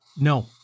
No